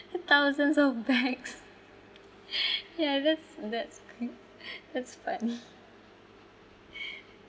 thousands of bags ya that's that's that's funny